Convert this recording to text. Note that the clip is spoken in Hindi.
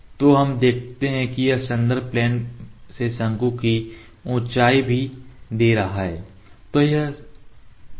तो हम देखते हैं कि यह संदर्भ प्लेन से शंकु की ऊंचाई भी दे रहा है